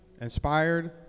inspired